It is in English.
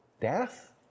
death